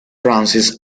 francis